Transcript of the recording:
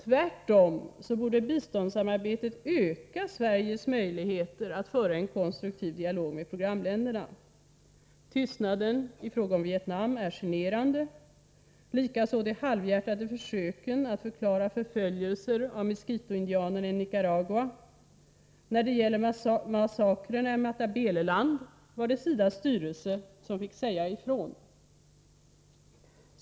Tvärtom borde biståndssamarbetet öka Sveriges möjligheter att föra en konstruktiv dialog med programländerna. Tystnaden i fråga om Vietnam är generande, likaså de halvhjärtade försöken att förklara förföljelser av miskitoindianerna i Nicaragua. När det gällde massakrerna i Matabeleland var det SIDA:s styrelse som fick säga ifrån.